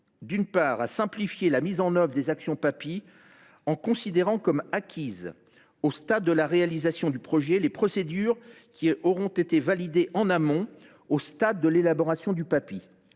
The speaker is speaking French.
vise à simplifier la mise en œuvre des actions Papi, en considérant comme acquises, au stade de la réalisation du projet, les procédures qui auront été validées en amont, au stade de l’élaboration du